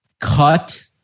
cut